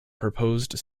proposed